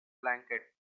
blanket